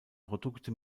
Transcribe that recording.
produkte